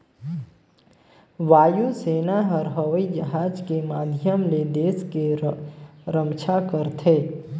वायु सेना हर हवई जहाज के माधियम ले देस के रम्छा करथे